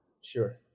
Sure